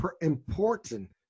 important